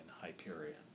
Hyperion